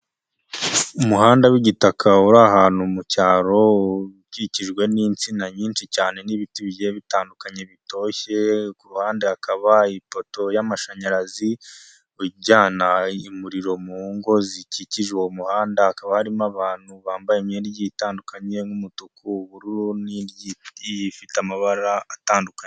Umuhanda w'igitaka uri ahantu mu cyaro, ukikijwe n'insina nyinshi cyane, n'ibiti bigiye bitandukanye bitoshye. Ku ruhande hakaba ipoto y'amashanyarazi ijyana umuriro mu ngo zikikije uwo muhanda. Hakaba harimo abantu bambaye imyenda itandukanye nk'umutuku , ubururu n'fite amabara atandukanye.